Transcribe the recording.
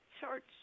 Church